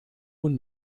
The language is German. und